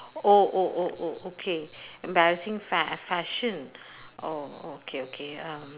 oh oh oh oh okay embarrassing fa~ fashion oh okay okay um